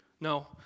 No